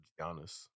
Giannis